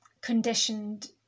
conditioned